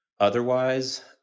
Otherwise